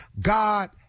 God